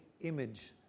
image